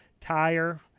tire